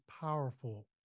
powerful